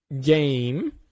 game